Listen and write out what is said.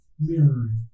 mirroring